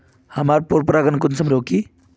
हमार पोरपरागण कुंसम रोकीई?